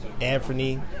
Anthony